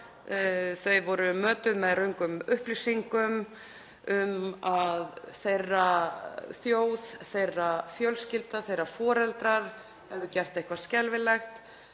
Þau voru mötuð með röngum upplýsingum um að þeirra þjóð, þeirra, fjölskylda, þeirra foreldrar hefðu gert eitthvað skelfilegt.